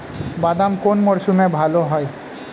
বাদাম কোন মরশুমে ভাল হয়?